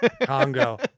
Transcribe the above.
Congo